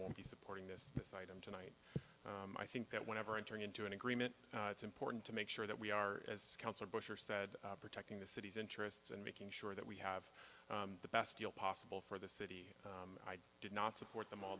won't be supporting this this item tonight i think that whenever entering into an agreement it's important to make sure that we are as counsel busher said protecting the cities interests and making sure that we have the best deal possible for the city i did not support them all